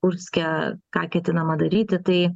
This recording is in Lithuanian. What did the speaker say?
kurske ką ketinama daryti tai